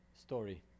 story